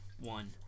one